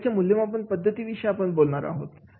कार्याचे मूल्यमापन पद्धती विषय आपण बोलणार आहोत